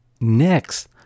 Next